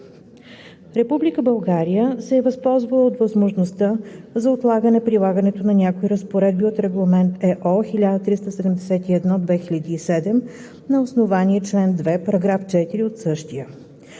се е възползвала от възможността за отлагане прилагането на някои разпоредби от Регламент (ЕО) № 1371/2007 на основание член 2 , параграф 4 от същия.